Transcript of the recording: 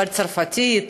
אבל צרפתית,